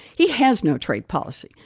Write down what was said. he has no trade policy.